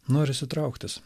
norisi trauktis